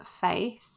face